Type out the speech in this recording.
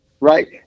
right